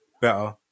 better